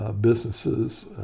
businesses